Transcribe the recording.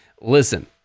Listen